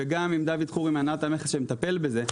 וגם עם דוד חורי מהנהלת המכס שמטפל בזה,